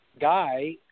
guy